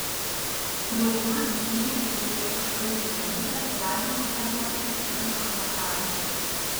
dauguma gynė ir gyrė už puikų debiutą ir ragino nereaguoti į piktus komentarus